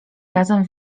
razem